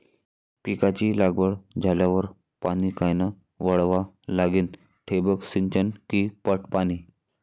पिकाची लागवड झाल्यावर पाणी कायनं वळवा लागीन? ठिबक सिंचन की पट पाणी?